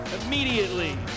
Immediately